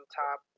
top